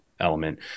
element